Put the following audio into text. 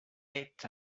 est